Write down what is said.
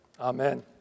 Amen